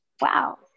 Wow